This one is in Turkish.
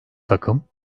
takım